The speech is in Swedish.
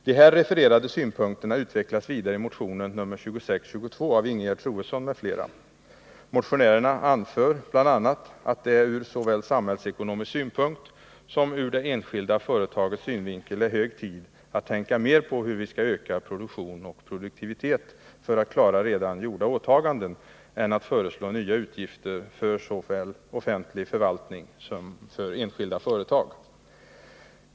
De här refererade synpunkterna utvecklas vidare i motionen nr 2622 av Ingegerd Troedsson m.fl. Motionärerna anför bl.a. att det från såväl samhällsekonomisk synpunkt som ur det enskilda företagets synvinkel är hög tid att tänka mer på hur vi skall öka produktion och produktivitet för att klara redan gjorda åtaganden än att föreslå nya utgifter såväl för offentlig Nr 49 förvaltning som för enskilda företag.